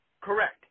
Correct